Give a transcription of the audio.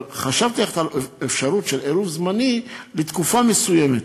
אבל חשבתי על אפשרות של עירוב זמני לתקופה מסוימת.